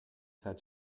said